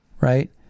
right